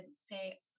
say